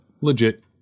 legit